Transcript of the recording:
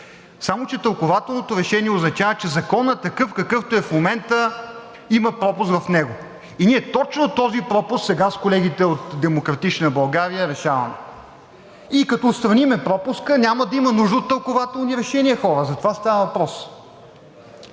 само че тълкувателното решение означава, че в Закона такъв, какъвто е в момента, има пропуск, и ние точно този пропуск сега с колегите от „Демократична България“ решаваме. И като отстраним пропуска, няма да има нужда от тълкувателни решения, хора. За това става въпрос.